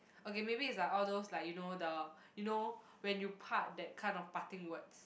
okay maybe is like all those like you know the you know when you part that kind of parting words